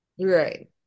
Right